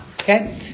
Okay